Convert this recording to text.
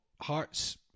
Hearts